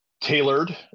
tailored